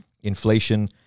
Inflation